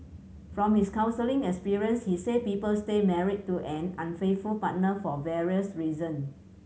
from his counselling experience he said people stay married to an unfaithful partner for various reason